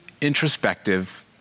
introspective